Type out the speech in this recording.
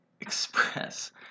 express